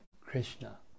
Krishna